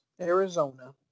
Arizona